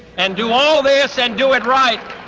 and do all this, and do it right,